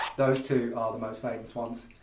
those two are the most famous ones.